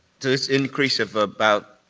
this increase of about.